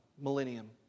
millennium